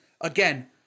again